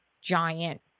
giant